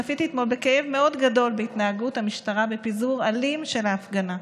צפיתי אתמול בכאב מאוד גדול בהתנהגות המשטרה בפיזור אלים של ההפגנה.